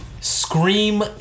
Scream